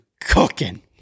cooking